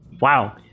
wow